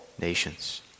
nations